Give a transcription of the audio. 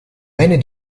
many